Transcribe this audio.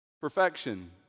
Perfection